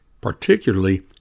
particularly